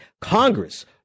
Congress